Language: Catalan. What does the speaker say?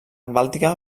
bàltica